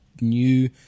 new